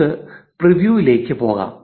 നമുക്ക് പ്രിവ്യൂവിലേക്ക് പോകാം